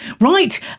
Right